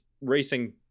racing